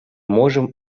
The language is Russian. можем